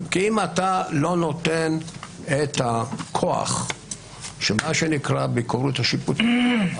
אם אתה לא נותן את הכוח לביקורת שיפוטית,